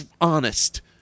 honest